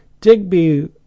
Digby